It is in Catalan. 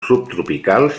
subtropicals